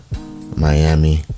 Miami